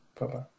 Bye-bye